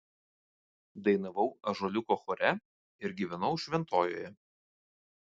dainavau ąžuoliuko chore ir gyvenau šventojoje